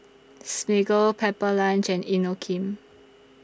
Smiggle Pepper Lunch and Inokim